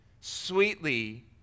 sweetly